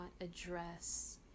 address